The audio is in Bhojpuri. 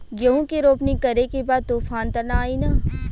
गेहूं के रोपनी करे के बा तूफान त ना आई न?